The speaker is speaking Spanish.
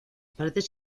paredes